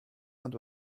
ond